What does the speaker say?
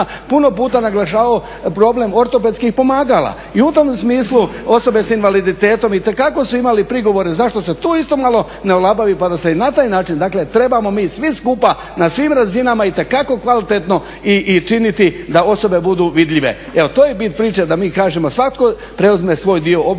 puno puta naglašavao problem ortopedskih pomagala. I u tom smislu osobe s invaliditetom itekako su imali prigovore, zašto se tu isto malo ne olabavi pa da se i na taj način? Dakle, trebamo mi svi skupa na svim razinama itekako kvalitetno i činiti da osobe budu vidljive. Evo to je bit priče da mi kažemo, svatko preuzme svoj dio obveze